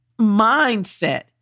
mindset